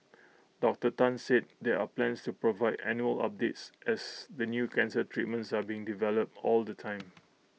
Doctor Tan said there are plans to provide annual updates as the new cancer treatments are being developed all the time